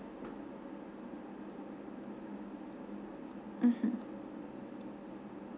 mmhmm